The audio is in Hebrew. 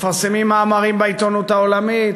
מפרסמים מאמרים בעיתונות העולמית,